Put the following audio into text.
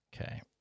Okay